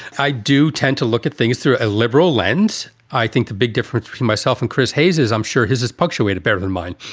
i do tend to look at things through a liberal lens. i think the big difference between myself and chris hayes is i'm sure his is punctuated better than mine